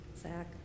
Zach